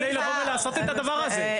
כדי לבוא ולעשות את הדבר הזה.